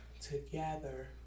together